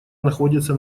находится